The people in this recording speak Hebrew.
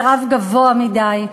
זה רף גבוה מדי,